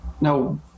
Now